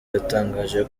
yatangaje